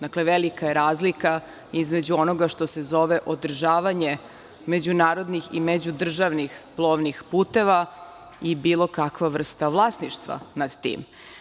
Dakle, velika je razlika između onoga što se zove održavanje međunarodnih i međudržavnim plovnih puteva i bilo kakva vrsta vlasništva nad tim.